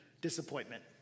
disappointment